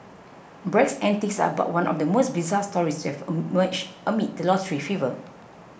Bragg's antics are but one of the many bizarre stories to have emerged amid the lottery fever